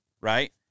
right